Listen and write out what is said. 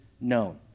known